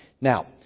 Now